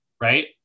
right